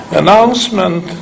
announcement